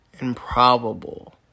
improbable